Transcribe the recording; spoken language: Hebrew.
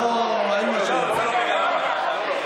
אין משהו אחר.